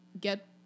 get